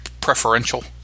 preferential